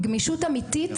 גמישות אמיתית,